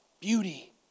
beauty